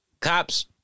cops